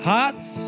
Hearts